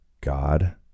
God